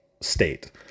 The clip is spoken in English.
state